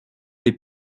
les